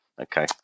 Okay